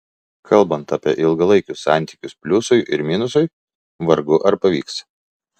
kalbant apie ilgalaikius santykius pliusui ir minusui vargu ar pavyks